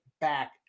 back